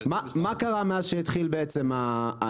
מה קרה מאז שהתחיל ההסדר?